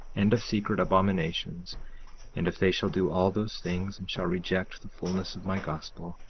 and of secret abominations and if they shall do all those things, and shall reject the fulness of my gospel,